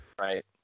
Right